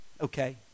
okay